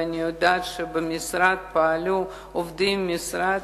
ואני יודעת שבמשרד פועלים עובדי המשרד